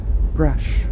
Brush